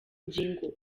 ngingo